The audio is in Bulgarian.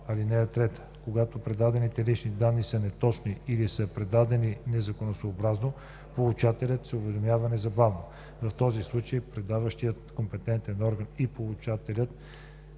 актуални. (3) Когато предадените лични данни са неточни или са предадени незаконосъобразно, получателят се уведомява незабавно. В този случай предаващият компетентен орган и получателят